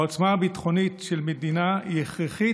העוצמה הביטחונית של מדינה היא הכרחית,